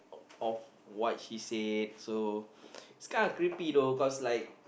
on what she said so it's kind of creepy tho cause like